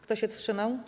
Kto się wstrzymał?